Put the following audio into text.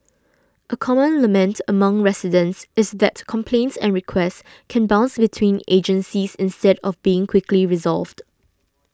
a common lament among residents is that complaints and requests can bounce between agencies instead of being quickly resolved